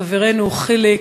חברינו חיליק,